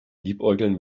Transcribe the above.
liebäugeln